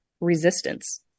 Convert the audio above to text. resistance